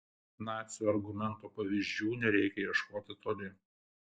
nacių argumento pavyzdžių nereikia ieškoti toli